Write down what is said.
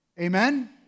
Amen